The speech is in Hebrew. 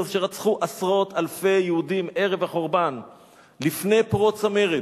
שרצחו עשרות אלפי יהודים ערב החורבן לפני פרוץ המרד.